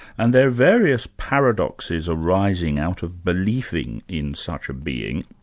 and there are various paradoxes arising out of believing in such a being,